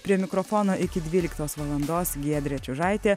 prie mikrofono iki dvyliktos valandos giedrė čiužaitė